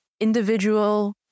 individual